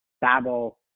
Babel